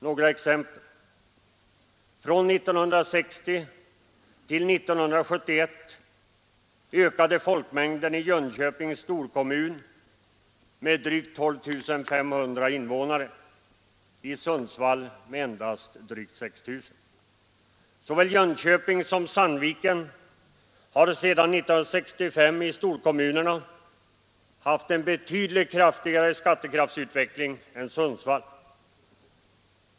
Några exempel: Från 1960 till 1971 ökade folkmängden i Jönköpings storkommun med drygt 12 500 invånare, i Sundsvall med endast drygt 6 000. Såväl Jönköping som Sandviken har sedan 1965 i storkommunerna haft en betydligt kraftigare skattekraftsutveckling än Sundsvall.